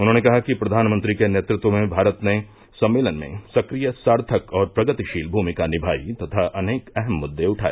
उन्होंने कहा कि प्रधानमंत्री के नेतृत्व में भारत ने सम्मेलन में सक्रिय सार्थक और प्रगतिशील भूमिका निभाई तथा अनेक अहम मुद्दे उठाए